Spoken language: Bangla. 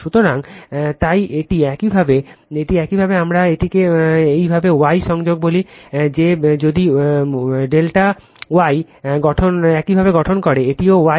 সুতরাং তাই এটি একইভাবে এটি একইভাবে আমরা এটিকে একইভাবে Y সংযোগ বলি যে যদি Y ∆ একইভাবে গঠন এটিও Y